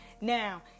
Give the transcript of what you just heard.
Now